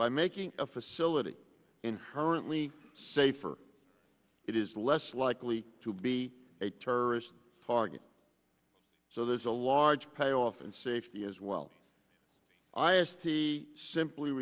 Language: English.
by making a facility in her and we safer it is less likely to be a terrorist target so there's a large payoff in safety as well i asked he simply